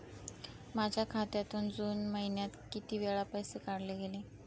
माझ्या खात्यातून जून महिन्यात किती वेळा पैसे काढले गेले?